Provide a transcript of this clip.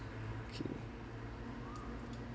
okay